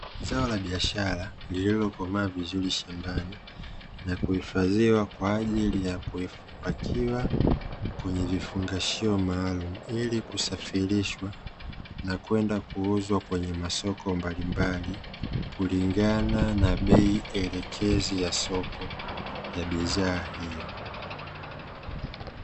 Zao la biashara lililokomaa vizuri shambani na kuhifadhiwa kwa ajili ya kupakiwa kwenye vifungshio maalumu ili kusafirishwa na kwenda kuuzwa kwenye masoko mbalimbali, kulingana na bei elekezi ya soko la bidhaa hilo.